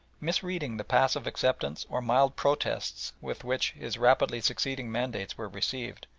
misreading the passive acceptance or mild protests with which his rapidly succeeding mandates were received,